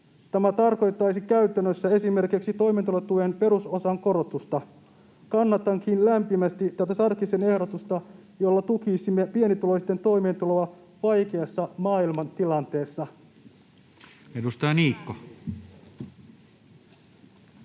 Tämä tarkoittaisi käytännössä esimerkiksi toimeentulotuen perusosan korotusta. Kannatankin lämpimästi tätä Sarkkisen ehdotusta, jolla tukisimme pienituloisten toimeentuloa vaikeassa maailmantilanteessa. [Speech 49]